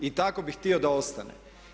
I tako bi htio da ostane.